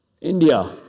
India